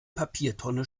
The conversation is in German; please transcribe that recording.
papiertonne